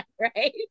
right